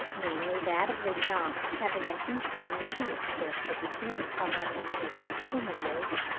namely, that of the young having an intermediate character between the summer and winter adult plumages,